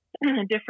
different